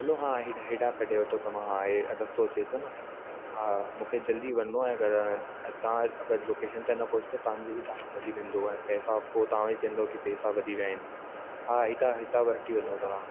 हलो हा हिड हेॾा कढे वठो तव्हां हा ही रस्तो अचे थो न हा मूंखे जल्दी वञिणो आहे घरि ऐं तव्हां अगरि लोकेशन ते न पहुचंदव तव्हांजी बि टाइम वधी वेंदो ऐं पैसा पोइ तव्हां ई चवंदव की पैसा वधी विया आहिनि हा हितां हितां वठी वञो तव्हां